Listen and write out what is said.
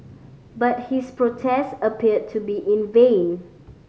but his protest appeared to be in vain